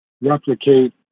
replicate